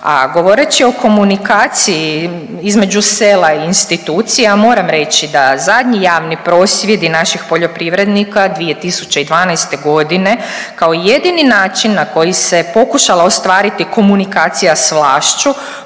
A govoreći o komunikaciji između sela i institucija moram reći da zadnji javni prosvjedi naših poljoprivrednika 2012. godine kao jedini način na koji se pokušala ostvariti komunikacija s vlašću